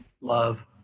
love